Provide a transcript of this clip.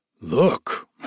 Look